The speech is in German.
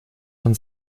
von